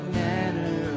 manner